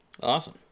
Awesome